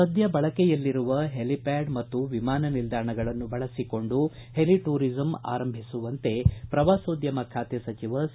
ಸದ್ಯ ಬಳಕೆಯಲ್ಲಿರುವ ಹೆಲಿಪ್ಯಾಡ್ ಮತ್ತು ವಿಮಾನ ನಿಲ್ದಾಣಗಳನ್ನು ಬಳಸಿಕೊಂಡು ಹೆಲಿ ಟೂರಿಸಂ ಆರಂಭಿಸುವಂತೆ ಪ್ರವಾಸೋದ್ಯಮ ಖಾತೆ ಸಚಿವ ಸಿ